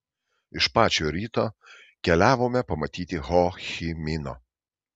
iš pačio ryto keliavome pamatyti ho chi mino